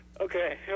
Okay